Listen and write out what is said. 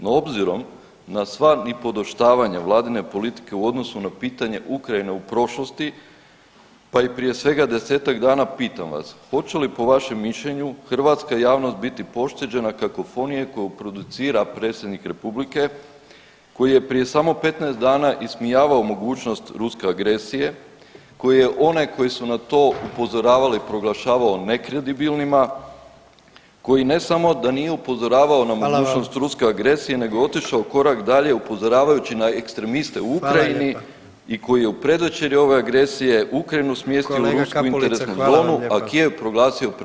No obzirom na sva i podoštavanja vladine politike u odnosu na pitanju Ukrajine u prošlosti, pa i prije svega 10-tak dana pitam vas, hoće li po vašem mišljenju hrvatska javnost biti pošteđena kakofonije koju producira predsjednik republike koji je prije samo 15 dana ismijavao mogućnost ruske agresije, koji je onaj koji su na to upozoravali proglašavao nekredibilnima, koji ne samo da nije upozoravao na mogućnost ruske agresije nego otišao korak dalje upozoravajući na ekstremiste u Ukrajini i koji je u predvečerje ove agresije Ukrajinu smjestio u rusku interesnu zonu, a Kijev proglasio predgrađem Moskve.